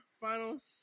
finals